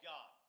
God